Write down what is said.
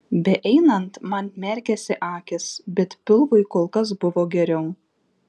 beeinant man merkėsi akys bet pilvui kol kas buvo geriau